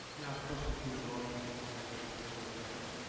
now costantino rocca is ready for his birdie effort.